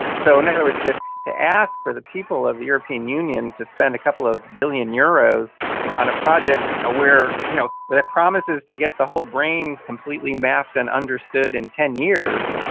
so in other words to to ask for the people of the european union to spend a couple of billion euros on a project ah you know that promises to get the whole brain completely mapped and understood in ten years,